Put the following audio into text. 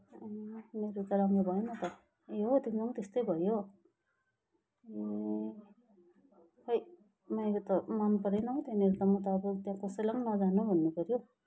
मेरो त राम्रो भएन त ए हो तिम्रो पनि त्यस्तै भयो ए खै मेरो त मनपरेन हौ त्यहाँनिर त म त अब त्यहाँ कसैलाई पनि नजानु भन्नुपर्यो